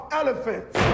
elephants